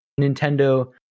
Nintendo